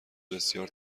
بسیار